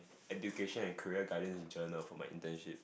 education and career guidance journal for my internship